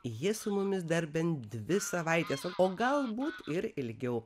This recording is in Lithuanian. ji su mumis dar bent dvi savaites o galbūt ir ilgiau